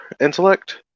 intellect